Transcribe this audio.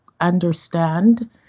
understand